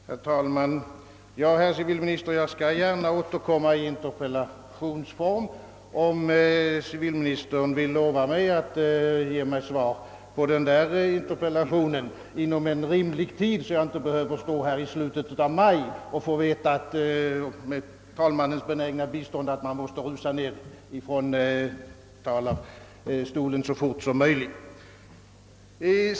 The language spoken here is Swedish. Herr talman! Ja, herr civilminister, jag skall gärna återkomma i interpellationsform, om civilministern lovar att ge mig svar på den interpellationen inom rimlig tid, så att man inte behöver stå här i slutet av maj och på talmannens tysta uppmaning måste rusa ner från talarstolen så fort som möjligt.